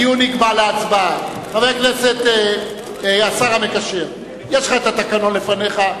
חבר הכנסת השר המקשר, התקנון לפניך.